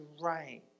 right